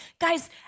Guys